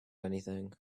anything